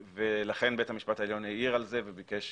ולכן בית המשפט העליון העיר על זה וביקש